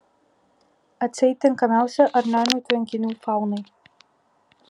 atseit tinkamiausi arnionių tvenkinių faunai